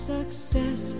Success